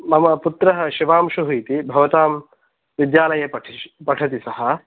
मम पुत्रः शिवांशुः इति भवतां विद्यालये पठिष् पठति सः